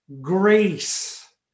Grace